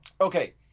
Okay